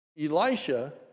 Elisha